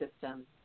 system